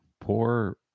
poor